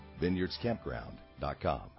VineyardsCampground.com